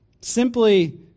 simply